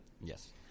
yes